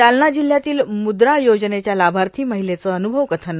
जालना जिल्ह्यातील मुद्रा योजनेच्या लाभार्थी महिलेचं अन्भव कथन